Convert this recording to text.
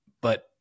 But-